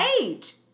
age